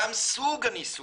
גם סוג הניסויים,